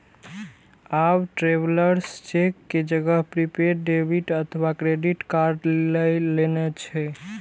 आब travellers cheque के जगह प्रीपेड डेबिट अथवा क्रेडिट कार्ड लए लेने छै